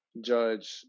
judge